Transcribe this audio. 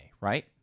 right